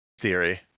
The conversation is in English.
theory